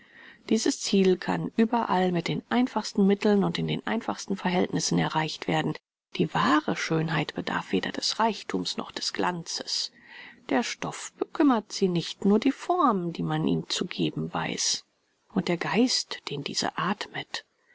dieses ziel kann überall mit den einfachsten mitteln und in den einfachsten verhältnissen erreicht werden die wahre schönheit bedarf weder des reichthums noch des glanzes der stoff bekümmert sie nicht nur die form die man ihm zu geben weiß und der geist den diese athmet